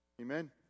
Amen